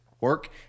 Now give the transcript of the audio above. work